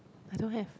I don't have